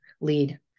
lead